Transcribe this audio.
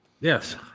Yes